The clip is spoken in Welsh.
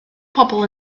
pobl